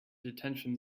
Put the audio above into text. detention